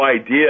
idea